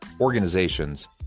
organizations